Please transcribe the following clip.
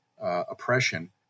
oppression